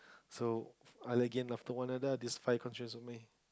so I again after one another just find conscience with me